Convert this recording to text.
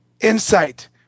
insight